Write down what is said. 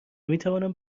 میتوانم